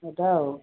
ସେଟା ଆଉ